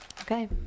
Okay